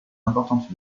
importante